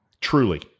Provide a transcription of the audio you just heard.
truly